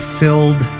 filled